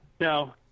No